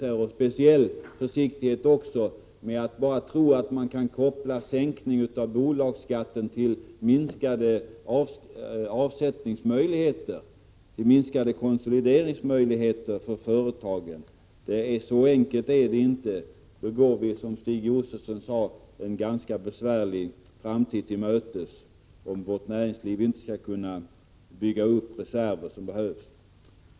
Man bör också visa speciell försiktighet när det gäller att tro att man bara kan koppla en sänkning av bolagsskatten till minskade avsättningsmöjligheter och minskade konsolideringsmöjligheter för företagen. Så enkelt är det inte. Som Stig Josefson sade, går vi en ganska besvärlig framtid till mötes om vårt näringsliv inte kan bygga upp de reserver som behövs. Herr talman!